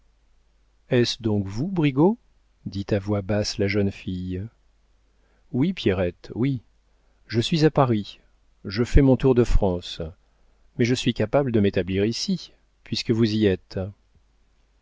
donc vous brigaut dit à voix basse la jeune fille oui pierrette oui je suis à paris je fais mon tour de france mais je suis capable de m'établir ici puisque vous y êtes